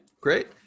great